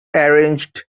arranged